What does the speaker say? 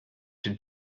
had